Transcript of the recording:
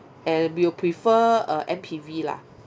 and we'll prefer a M_P_V lah